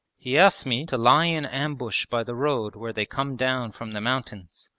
he asked me to lie in ambush by the road where they come down from the mountains.